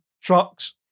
trucks